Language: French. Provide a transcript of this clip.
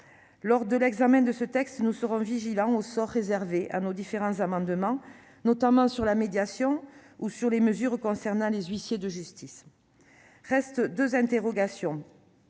Lors de l'examen de ce texte, nous serons vigilants au sort réservé à nos différents amendements, notamment sur la médiation ou sur les mesures concernant les huissiers de justice. Restent deux interrogations.